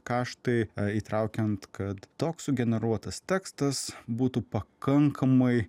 kaštai įtraukiant kad toks sugeneruotas tekstas būtų pakankamai